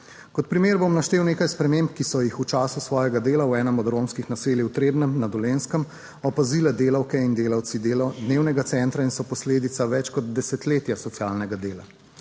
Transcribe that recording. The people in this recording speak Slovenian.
Kot primer bom naštel nekaj sprememb, ki so jih v času svojega dela v enem od romskih naselij v Trebnjem na Dolenjskem opazili delavke in delavci dnevnega centra in so posledica več kot desetletja socialnega dela.